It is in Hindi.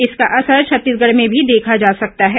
इसका असर छत्तीसगढ़ में भी देखा जा सकता है